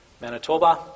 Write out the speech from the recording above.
Manitoba